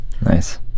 Nice